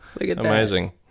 amazing